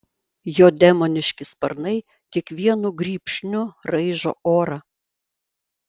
jo demoniški sparnai kiekvienu grybšniu raižo orą